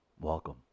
Welcome